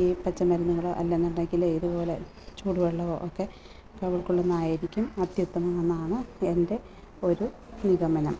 ഈ പച്ചമരുന്നുകളോ അല്ല എന്നുണ്ടെങ്കിൽ ഇതുപോലെ ചൂടുവെള്ളമോ ഒക്കെ കവിൾ കൊള്ളുന്നതായിരിക്കും അത്യുത്തമം എന്നാണ് എൻ്റെ ഒരു നിഗമനം